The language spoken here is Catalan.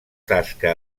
tasca